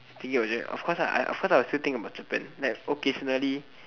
thinking of jap~ of course ah of course I will still think of Japan like occasionally